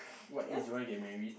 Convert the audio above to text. what if you want to get married